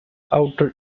outer